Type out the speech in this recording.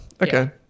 Okay